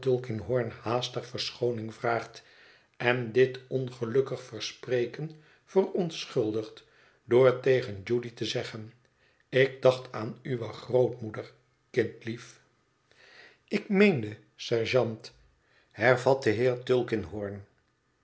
haastig verschooning vraagt en dit ongelukkig verspreken verontschuldigt door tegen judy te zeggen ik dacht aan uwe grootmoeder kindlief ik meende sergeant hervat de heer